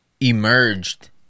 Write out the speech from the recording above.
emerged